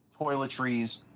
toiletries